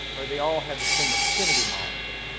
or they all had the same affinity molecule,